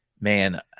man